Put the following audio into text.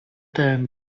than